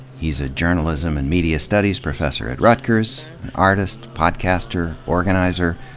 he's a journalism and media studies professor at rutgers, an artist, podcaster, organizer,